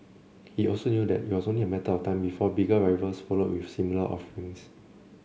he also knew that it was only a matter of time before bigger rivals followed with similar offerings